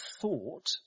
thought